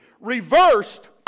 reversed